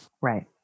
Right